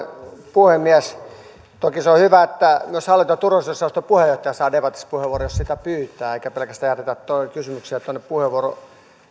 puhemies toki se on hyvä että myös hallinto ja turvallisuusosaston puheenjohtaja saa debatissa puheenvuoron jos sitä pyytää eikä jätetä kysymyksiä pelkästään tuonne puheenvuoron